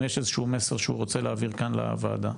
אם יש איזשהו מסר שהוא רוצה להעביר כאן לוועדה.